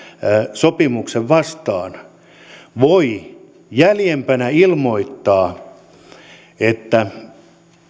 sopimuksen vastaan voi jäljempänä ilmoittaa että